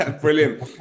brilliant